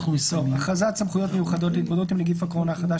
הכרזת סמכויות מיוחדות להתמודדות עם נגיף הקורונה החדש